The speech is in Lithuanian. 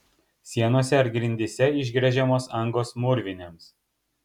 sienose ar grindyse išgręžiamos angos mūrvinėms